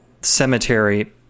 cemetery